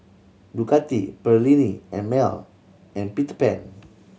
Ducati Perllini and Mel and Peter Pan